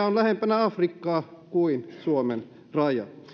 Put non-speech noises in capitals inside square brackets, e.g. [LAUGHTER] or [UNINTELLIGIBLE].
[UNINTELLIGIBLE] on lähempänä afrikkaa kuin suomen raja